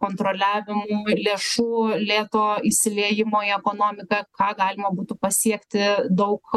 kontroliavimui lėšų lėto įsiliejimo į ekonomiką ką galima būtų pasiekti daug